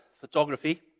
photography